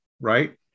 Right